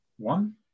One